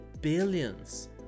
billions